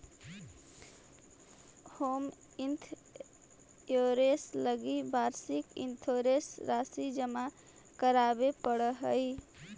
home insurance लगी वार्षिक insurance राशि जमा करावे पड़ऽ हइ